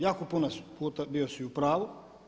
Jako puno puta bio si u pravu.